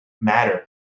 matter